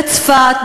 בצפת,